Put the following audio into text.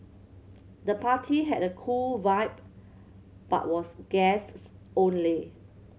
the party had a cool vibe but was guests only